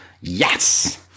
yes